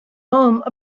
home